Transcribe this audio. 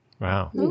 wow